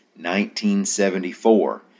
1974